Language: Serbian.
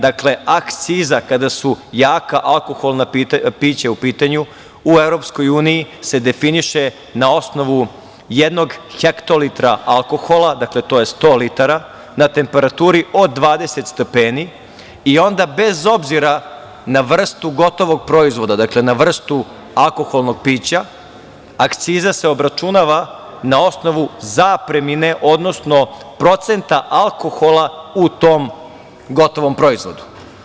Dakle, akciza kada su jaka alkoholna pića u pitanju u EU se definiše na osnovu jednog hektolitra alkohola, dakle, to je 100 litara, na temperaturi od 20 stepeni i onda bez obzira na vrstu gotovog proizvoda, dakle na vrstu alkoholnog pića akciza se obračunava na osnovu zapremine odnosno procenta alkohola u tom gotovom proizvodu.